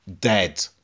Dead